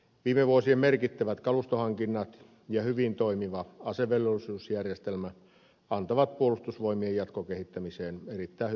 viime vuosien merkittävät kalustohankinnat ja hyvin toimiva asevelvollisuusjärjestelmä antavat puolustusvoimien jatkokehittämiseen erittäin hyvät lähtökohdat